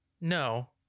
No